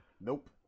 Nope